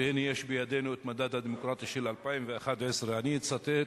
והנה, יש בידינו מדד הדמוקרטיה של 2011. אני אצטט